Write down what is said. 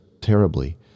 terribly